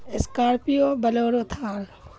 scorpio bolero Thar